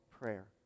prayer